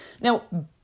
Now